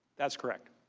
that's correct.